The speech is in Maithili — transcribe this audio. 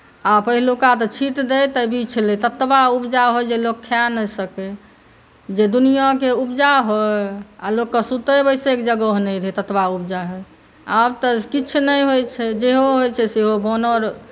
आ पहिलुका तऽ छीटि दै तऽ बीछि लै ततबा उपजा होइ जे लोक खाए नहि सकै जे दुनिआँके उपजा होइ आ लोककेँ सुतै बैसैके जगह नहि रहै ततबा उपजा होइ आब तऽ किछु नहि होइत छै जेहो होइत छै सेहो बानर